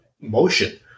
motion